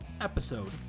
episode